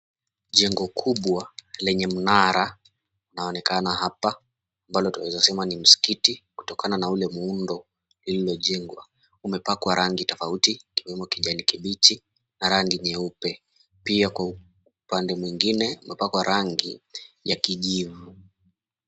Jengo kubwa lenye mnara linaonekana hapa ambalo twaweza sema ni msikiti kutokana na ule muundo liliojengwa. Umepakwa rangi tofauti ikiwemo kijani kibichi na rangi nyeupe. Pia kwa upande mwingine umepakwa rangi ya kijivu.